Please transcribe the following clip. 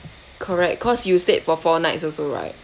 correct cause you stayed for four nights also right